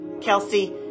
Kelsey